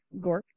gork